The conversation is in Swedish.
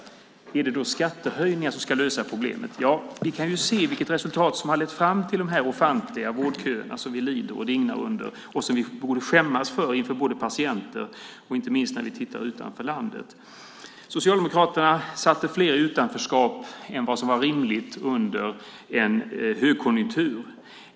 Är det då skattehöjningar som ska lösa problemet? Vi kan se vad som har lett fram till de här ofantliga vårdköerna som vi lider av och dignar under och som vi borde skämmas för inför patienter och inte minst när vi tittar utanför landet. Socialdemokraterna satte fler i utanförskap än vad som var rimligt under en högkonjunktur.